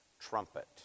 trumpet